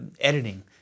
editing